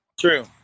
True